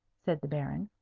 said the baron.